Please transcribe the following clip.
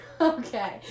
Okay